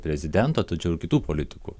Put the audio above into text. prezidento tačiau ir kitų politikų